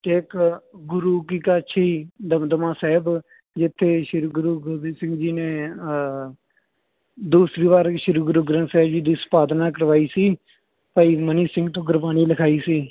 ਅਤੇ ਇਕ ਗੁਰੂ ਕੀ ਕਾਸ਼ੀ ਦਮਦਮਾ ਸਾਹਿਬ ਜਿੱਥੇ ਸ਼੍ਰੀ ਗੁਰੂ ਗੋਬਿੰਦ ਸਿੰਘ ਜੀ ਨੇ ਦੂਸਰੀ ਵਾਰ ਸ਼੍ਰੀ ਗੁਰੂ ਗ੍ਰੰਥ ਸਾਹਿਬ ਜੀ ਦੀ ਸੰਪਾਦਨਾ ਕਰਵਾਈ ਸੀ ਭਾਈ ਮਨੀ ਸਿੰਘ ਤੋਂ ਗੁਰਬਾਣੀ ਲਿਖਾਈ ਸੀ